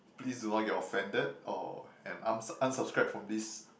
please do not get offended or and un~ unsubscribe from this